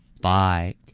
bye